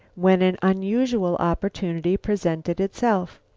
when an unusual opportunity presented itself.